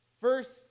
First